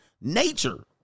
Nature